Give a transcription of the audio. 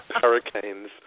hurricanes